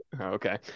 Okay